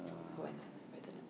don't want want lah better not